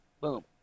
boom